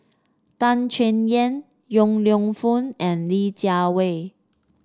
Tan Chay Yan Yong Lew Foong and Li Jiawei